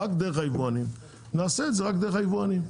אלא רק באמצעות היבואנים ונעשה את זה באמצעות היבואנים.